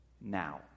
now